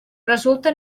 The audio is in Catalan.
resulta